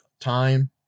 time